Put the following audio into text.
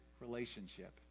relationship